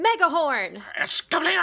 Megahorn